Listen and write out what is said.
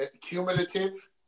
cumulative